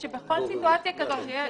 יש כאן ציבור גדול.